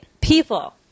People